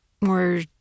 More